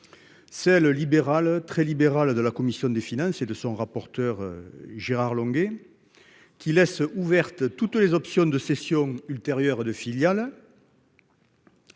le libéral très libérale de la commission des finances et de son rapporteur, Gérard Longuet. Qui laisse ouvertes toutes les options de cession ultérieure de filiales.